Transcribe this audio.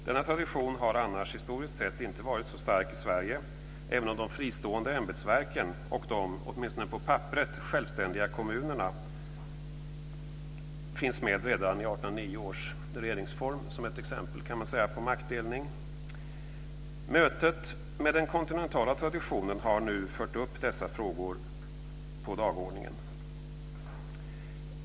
Denna tradition har annars historiskt sett inte varit så stark i Sverige, även om de fristående ämbetsverken och de åtminstone på papperet självständiga kommunerna finns med redan i 1809 års regeringsform som ett exempel, kan man säga, på maktdelning. Mötet med den kontinentala traditionen har nu fört upp dessa frågor på dagordningen.